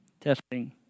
testing